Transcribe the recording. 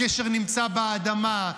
הקשר נמצא באדמה.